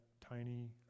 tiny